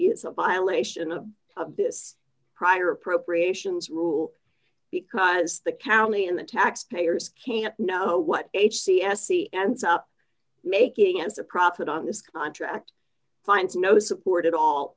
is a violation of this prior appropriations rule because the county and the taxpayers can't know what age c s e ends up making as a profit on this contract finds no support at all